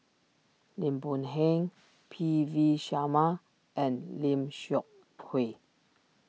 Lim Boon Heng P V Sharma and Lim Seok Hui